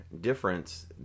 difference